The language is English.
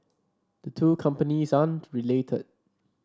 the two companies aren't related